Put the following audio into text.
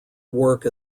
work